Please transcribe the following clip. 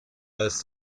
als